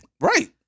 Right